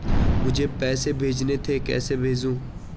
मुझे पैसे भेजने थे कैसे भेजूँ?